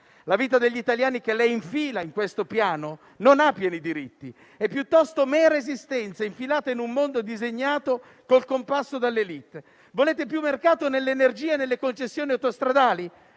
La vita degli italiani, che lei infila in questo piano, non ha pieni diritti; è piuttosto mera esistenza infilata in un mondo disegnato con il compasso dall'*élite*. Volete più mercato nell'energia e nelle concessioni autostradali?